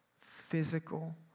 physical